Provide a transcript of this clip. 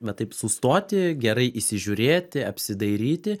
va taip sustoti gerai įsižiūrėti apsidairyti